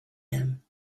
him